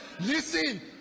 Listen